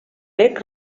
bec